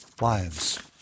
lives